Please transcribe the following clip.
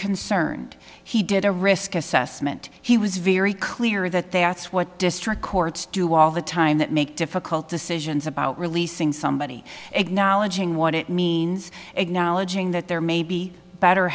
concerned he did a risk assessment he was very clear that they are it's what district courts do all the time that make difficult decisions about releasing somebody acknowledging what it means acknowledging that there may be better